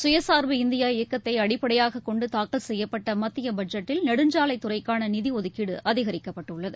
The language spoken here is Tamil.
சுயசார்பு இந்தியா இபக்கத்தைஅடிப்படையாகக் கொண்டுதாக்கல் செய்யப்பட்டமத்தியபட்ஜெட்டில் நெடுஞ்சாலைத் துறைக்கானநிதிஒதுக்கீடுஅதிகரிக்கப்பட்டுள்ளது